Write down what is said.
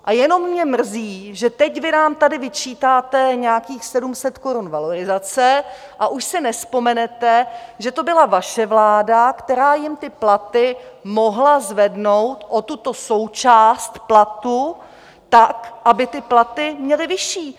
A jenom mě mrzí, že teď vy nám tady vyčítáte nějakých 700 korun valorizace a už si nevzpomenete, že to byla vaše vláda, která jim ty platy mohla zvednout o tuto součást platu tak, aby ty platy měli vyšší.